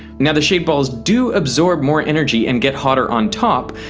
now the shade balls do absorb more energy and get hotter on top,